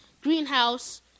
greenhouse